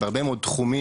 בהרבה מאוד תחומים,